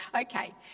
Okay